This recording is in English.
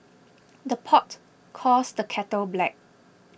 the pot calls the kettle black